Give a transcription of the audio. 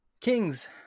Kings